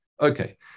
Okay